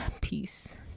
Peace